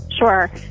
Sure